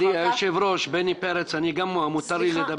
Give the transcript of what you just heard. גברתי היושבת ראש, בני פרץ, אני גם מותר לי לדבר?